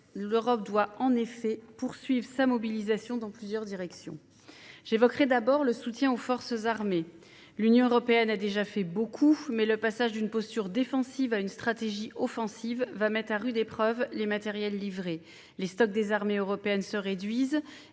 L'Europe doit en effet poursuivre sa mobilisation dans plusieurs directions. J'évoquerai tout d'abord le soutien aux forces armées ukrainiennes. L'Union européenne a déjà fait beaucoup, mais le passage d'une posture défensive à une stratégie offensive va mettre à rude épreuve les matériels livrés. Les stocks des armées européennes se réduisent.